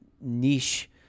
niche